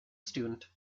student